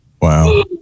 wow